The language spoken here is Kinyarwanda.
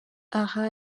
aha